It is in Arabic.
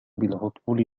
بالهطول